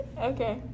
Okay